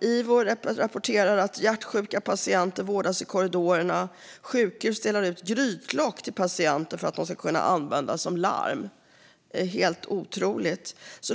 Ivo rapporterar att hjärtsjuka patienter vårdas i korridorerna, och sjukhus delar ut grytlock till patienterna att använda som larm. Det är helt otroligt.